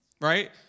Right